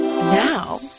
Now